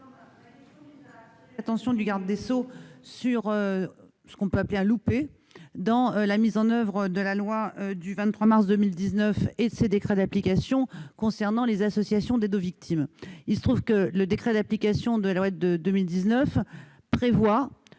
l'attention du garde des sceaux sur ce qu'on peut appeler un loupé dans la mise en oeuvre de la loi du 23 mars 2019 et de ses décrets d'application concernant les associations d'aide aux victimes. Le décret d'application de la loi de 2019 prévoit